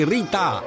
Rita